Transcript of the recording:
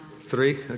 three